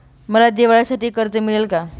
मला दिवाळीसाठी कर्ज मिळेल का?